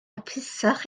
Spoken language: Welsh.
hapusach